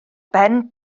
ben